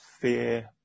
fear